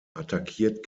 attackiert